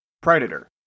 predator